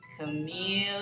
Camille